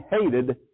hated